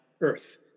Earth